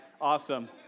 Awesome